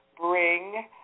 bring